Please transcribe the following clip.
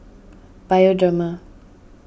Bioderma